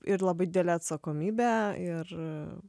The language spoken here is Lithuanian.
ir labai didelė atsakomybė ir